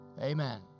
Amen